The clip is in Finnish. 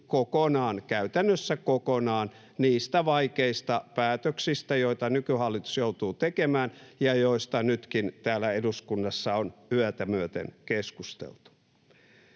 käytännössä kokonaan niiltä vaikeilta päätöksiltä, joita nykyhallitus joutuu tekemään ja joista nytkin täällä eduskunnassa on yötä myöten keskusteltu.